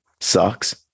sucks